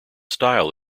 style